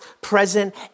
present